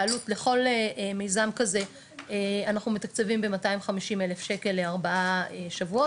העלות לכל מיזם כזה אנחנו מתקצבים ב-250 אלף שקל לארבעה שבועות.